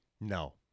No